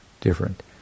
different